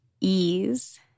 ease